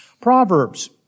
Proverbs